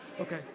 Okay